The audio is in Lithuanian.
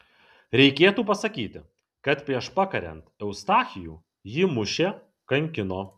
reikėtų pasakyti kad prieš pakariant eustachijų jį mušė kankino